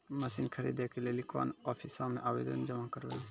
Machine खरीदै के लेली कोन आफिसों मे आवेदन जमा करवै?